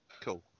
Cool